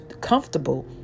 comfortable